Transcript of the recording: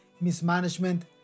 mismanagement